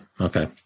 Okay